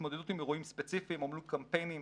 התמודדות מול אירועים ספציפיים או מול קמפיינים